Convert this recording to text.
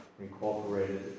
incorporated